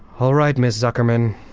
all right, miss zuckerman,